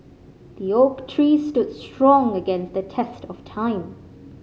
the oak tree stood strong against the test of time